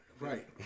Right